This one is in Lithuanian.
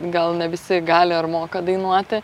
gal ne visi gali ar moka dainuoti